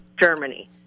Germany